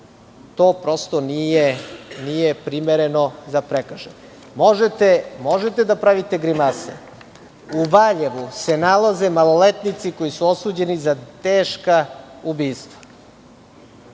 To prosto nije primereno za prekršaj. Možete da pravite grimase.U Valjevu se nalaze maloletnici koji su osuđeni za teška ubistva.